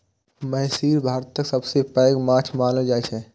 महसीर भारतक सबसं पैघ माछ मानल जाइ छै